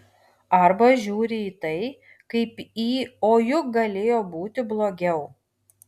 arba žiūri į tai kaip į o juk galėjo būti blogiau